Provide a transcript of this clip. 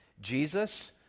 Jesus